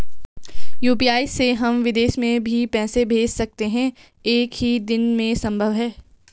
UPI से हम विदेश में भी पैसे भेज सकते हैं एक ही दिन में संभव है?